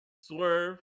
Swerve